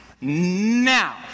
now